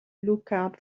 lookout